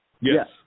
Yes